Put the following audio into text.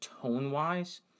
tone-wise